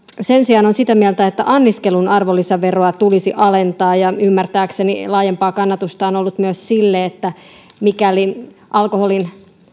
sen sijaan on sitä mieltä että anniskelun arvonlisäveroa tulisi alentaa ja ymmärtääkseni laajempaa kannatusta on on ollut myös sille että mikäli alkoholin